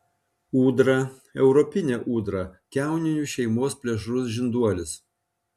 ūdra europinė ūdra kiauninių šeimos plėšrus žinduolis